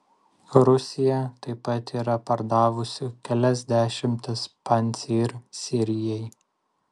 rusija taip pat yra pardavusi kelias dešimtis pancyr sirijai